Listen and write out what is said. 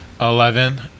Eleven